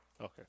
Okay